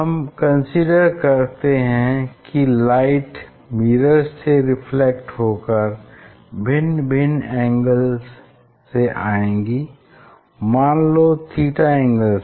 हम कंसीडर करते है कि लाइट मिरर्स से रिफ्लेक्ट होकर भिन्न भिन्न एंगल्स से आएंगी मान लो थीटा एंगल से